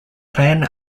plan